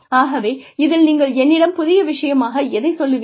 ஆகவே இதில் நீங்கள் என்னிடம் புதிய விஷயமாக எதைச் சொல்வீர்கள்